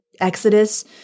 Exodus